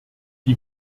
die